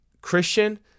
Christian